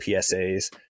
psa's